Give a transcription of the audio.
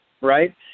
right